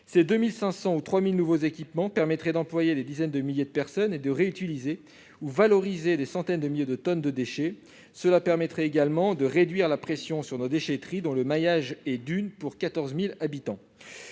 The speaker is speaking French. Ces 2 500 ou 3 000 nouveaux équipements permettraient d'employer des dizaines de milliers de personnes et de réutiliser ou valoriser des centaines de milliers de tonnes de déchets. Cela réduirait également la pression sur nos déchetteries, dont le maillage est d'une pour 14 000 habitants.